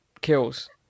kills